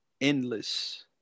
endless